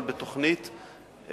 אבל בתוכנית אחידה.